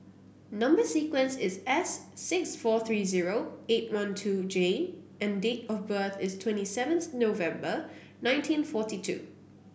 number sequence is S six four three zero eight one two J and date of birth is twenty seven November nineteen forty two